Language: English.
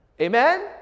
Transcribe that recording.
amen